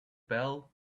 bell